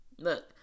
Look